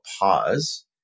pause